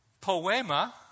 poema